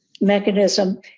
mechanism